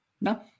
No